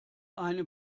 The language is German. eine